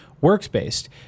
works-based